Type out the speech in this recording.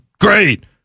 great